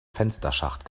fensterschacht